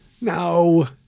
No